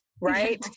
right